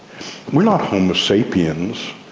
we are not homo sapiens,